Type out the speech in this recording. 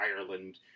Ireland